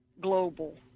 global